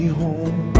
home